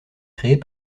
créés